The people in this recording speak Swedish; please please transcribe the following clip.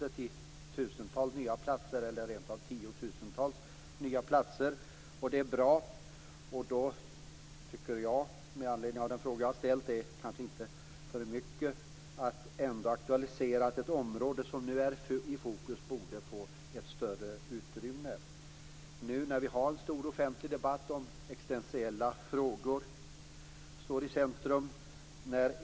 Det rör sig om tusentals nya platser, ja, rent av tiotusentals nya platser. Det är bra. Med anledning av den fråga som jag har ställt är det kanske inte för mycket att ändå aktualisera att det område som nu är i fokus borde få ett större utrymme. Vi har ju nu en stor offentlig debatt där existentiella frågor står i centrum.